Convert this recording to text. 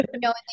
No